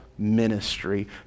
ministry